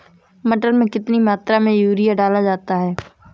मटर में कितनी मात्रा में यूरिया डाला जाता है?